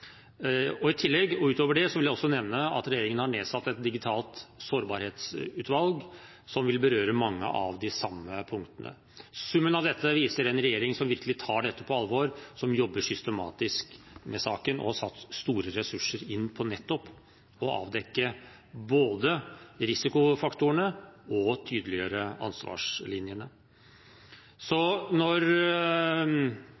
Utover det vil jeg nevne at regjeringen har nedsatt et digitalt sårbarhetsutvalg, som vil berøre mange av de samme punktene. Summen av dette viser en regjering som virkelig tar dette på alvor, som jobber systematisk med saken, og som har satt store ressurser inn på både å avdekke risikofaktorene og å tydeliggjøre ansvarslinjene. Når